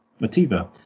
mativa